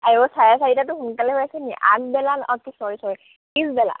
আইঅ' চাৰে চাৰিটাতো সোনকালে হৈ আছেনি আঠবেলা অঁ চৰি চৰি পিছবেলা